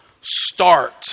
start